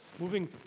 Moving